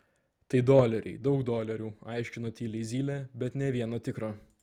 tai doleriai daug dolerių aiškino tyliai zylė bet nė vieno tikro